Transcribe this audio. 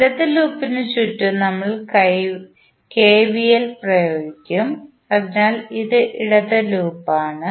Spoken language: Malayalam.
ഇടത് ലൂപ്പിന് ചുറ്റും നമ്മൾ കെവിഎൽ പ്രയോഗിക്കും അതിനാൽ ഇത് ഇടത് ലൂപ്പാണ്